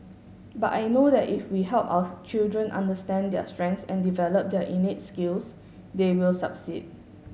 but I know that if we help our children understand their strengths and develop their innate skills they will succeed